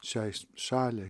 šiai šaliai